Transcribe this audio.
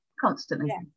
constantly